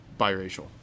biracial